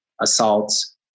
assaults